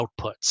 outputs